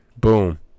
Boom